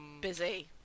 Busy